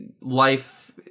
Life